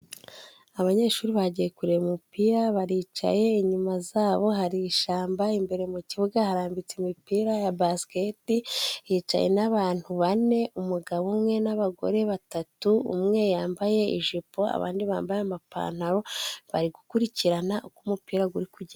Abanyeshuri bagiye kureba umupira baricaye ,inyuma zabo hari ishamba ,imbere mu kibuga harambitse imipira ya basikete ,hicaye n'abantu bane umugabo umwe n'abagore batatu ,umwe yambaye ijipo abandi bambaye amapantaro bari gukurikirana uko umupira guri kugenda.